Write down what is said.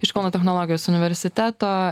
iš kauno technologijos universiteto